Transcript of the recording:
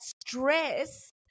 stress